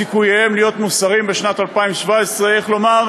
סיכוייהם להיות מוסרים בשנת 2017. איך לומר?